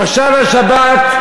עכשיו השבת,